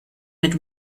mit